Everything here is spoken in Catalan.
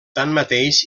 tanmateix